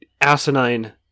asinine